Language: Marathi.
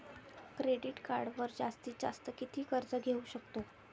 क्रेडिट कार्डवर जास्तीत जास्त किती कर्ज घेऊ शकतो?